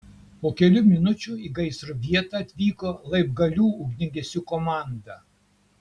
po kelių minučių į gaisro vietą atvyko laibgalių ugniagesių komanda